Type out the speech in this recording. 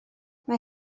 mae